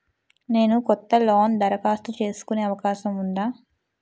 నేను కొత్త లోన్ దరఖాస్తు చేసుకునే అవకాశం ఉందా?